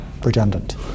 redundant